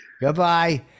goodbye